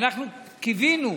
אנחנו קיווינו